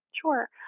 Sure